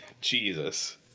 Jesus